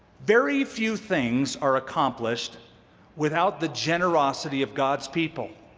very few things are accomplished without the generosity of god's people.